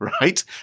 right